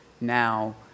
now